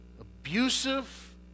abusive